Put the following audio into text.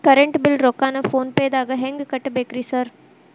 Current bill ರೊಕ್ಕಾನ phone ಪೇದಾಗ ಹೆಂಗ್ ಕಟ್ಟಬೇಕ್ರಿ ಸರ್?